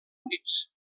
units